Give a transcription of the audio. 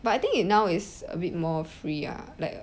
but I think it now is a bit more free ah like